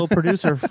producer